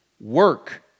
work